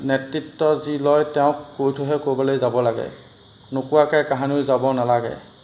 নেতৃত্ব যি লয় তেওঁক কৈ থৈহে ক'ৰবালৈ যাব লাগে নোকোৱাকৈ কাহানিও যাব নালাগে